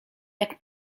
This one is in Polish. jak